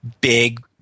big